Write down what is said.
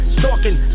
stalking